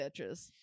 bitches